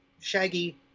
shaggy